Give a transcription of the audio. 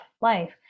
life